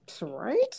Right